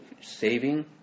Saving